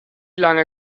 lange